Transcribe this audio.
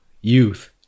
youth